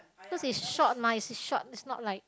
cause it's short mah it's short it's not like